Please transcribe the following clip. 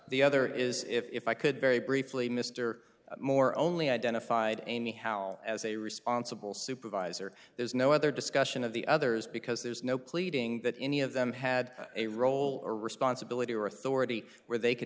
the other is if i could very briefly mr moore only identified anyhow as a responsible supervisor there's no other discussion of the others because there's no pleading that any of them had a role or responsibility or authority where they could